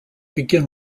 begin